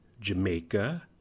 Jamaica